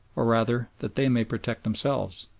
or rather that they may protect themselves.